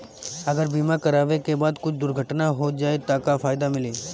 अगर बीमा करावे के बाद कुछ दुर्घटना हो जाई त का फायदा मिली?